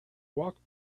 walked